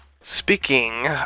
Speaking